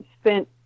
spent